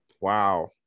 wow